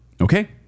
okay